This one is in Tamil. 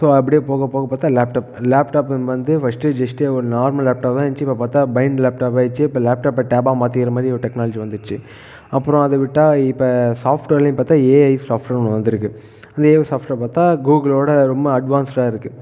ஸோ அப்டியே போக போக பார்த்தா லேப்டாப் லேப்டாப் வந்து பஸ்ட்டு ஜெஸ்ட்டு ஒரு நார்மல் லேப்டாப்பாக தான் இருந்துச்சு இப்போ பார்த்தா பைண்டு லேப்டாப் ஆகிடுச்சு லேப்டாப்பை டேபாக மாத்திக்கிற மாதிரி ஒரு டெக்னாலஜி வந்துடுச்சு அப்றம் அதை விட்டால் இப்போது சாஃட்டுவேர்லேயும் பார்த்தா ஏஐ சாஃப்ட்வேருன்னு ஒன்று வந்திருக்கு அந்த ஏஐ சாஃப்ட்வேரில் பார்த்தா கூகுளோடு ரொம்ப அட்வான்ஸ்டாக இருக்குது